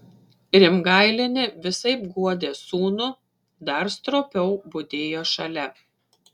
rimgailienė visaip guodė sūnų dar stropiau budėjo šalia